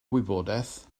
wybodaeth